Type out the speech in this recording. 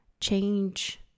change